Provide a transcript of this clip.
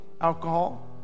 alcohol